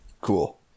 Cool